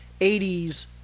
80s